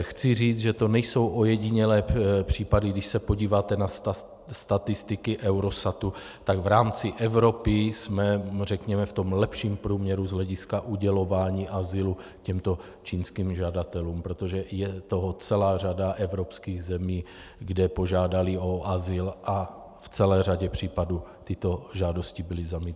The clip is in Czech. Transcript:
Chci říct, že to nejsou ojedinělé případy, když se podíváte na statistiky Eurosatu, tak v rámci Evropy jsme, řekněme, v lepším průměru z hlediska udělování azylu těmto čínským žadatelům, protože je toho celá řada evropských zemí, kde požádali o azyl, a v celé řadě případů tyto žádosti byly zamítnuty.